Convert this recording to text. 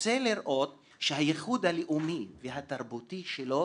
רוצה לראות שהייחוד הלאומי והתרבותי שלו